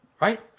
Right